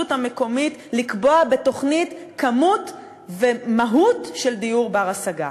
המקומית לקבוע בתוכנית כמות ומהות של דיור בר-השגה.